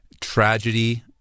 tragedy